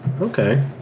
Okay